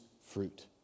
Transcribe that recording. fruit